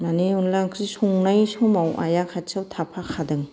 माने अनला ओंख्रि संनाय समाव आइया खाथियाव थाफाखादों